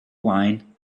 wine